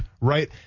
right